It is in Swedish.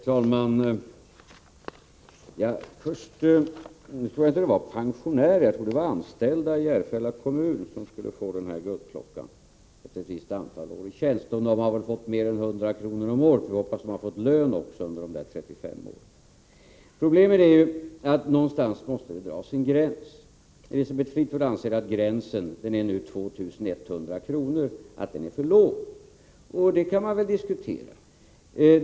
Herr talman! Först vill jag säga att jag inte tror att det var pensionärer utan anställda i Järfälla kommun som skulle få dessa guldklockor efter ett visst antal år i tjänst. Men de har väl fått mer än 100 kr. om året — vi får hoppas att de har fått lön också under dessa 35 år. Problemet är att det någonstans måste dras en gräns. Elisabeth Fleetwood anser att gränsbeloppet, som nu är 2 100 kr., är för lågt. Det kan man väl diskutera.